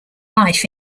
life